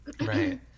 Right